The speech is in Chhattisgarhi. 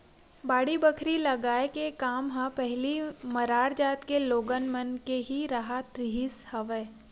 बाड़ी बखरी लगाए के काम ह पहिली मरार जात के लोगन मन के ही राहत रिहिस हवय